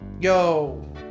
yo